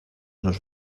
los